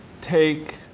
take